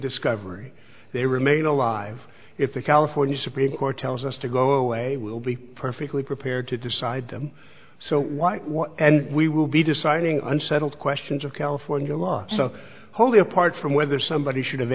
discovery they remain alive if the california supreme court tells us to go away we'll be perfectly prepared to decide them so what and we will be deciding unsettled questions of california law so wholly apart from whether somebody should have